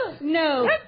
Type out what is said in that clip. no